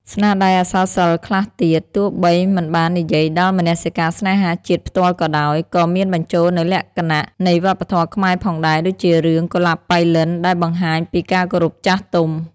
ស្នាដៃអក្សរសិល្ប៍ខ្លះទៀត ទោះបីមិនបាននិយាយដល់មនសិការស្នេហាជាតិផ្ទាល់ក៏ដោយ ក៏មានបញ្ចូលនូវលក្ខណៈនៃវប្បធម៌ខ្មែរផងដែរ ដូចជារឿង «កុលាបប៉ៃលិន» ដែលបង្ហាញពីការគោរពចាស់ទុំ។